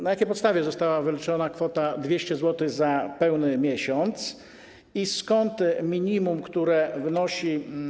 Na jakiej podstawie została wyliczona kwota 200 zł za pełny miesiąc i skąd minimum, które wynosi.